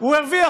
הוא הרוויח,